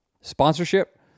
sponsorship